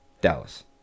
Dallas